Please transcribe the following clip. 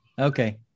Okay